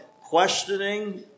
questioning